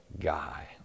guy